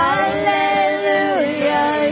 Hallelujah